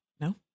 No